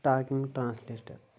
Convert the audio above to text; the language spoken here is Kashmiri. talking translator